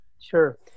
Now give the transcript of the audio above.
Sure